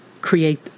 create